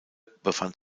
befand